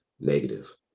negative